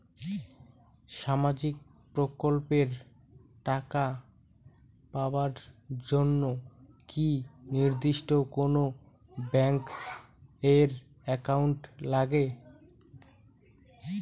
সামাজিক প্রকল্পের টাকা পাবার জন্যে কি নির্দিষ্ট কোনো ব্যাংক এর একাউন্ট লাগে?